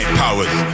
powers